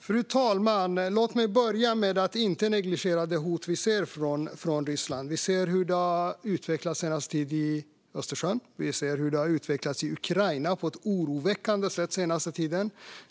Fru talman! Låt mig börja med att inte negligera det hot som vi ser från Ryssland. Vi ser hur det har utvecklats den senaste tiden i Östersjön, och vi ser hur det har utvecklats i Ukraina på ett oroväckande sätt.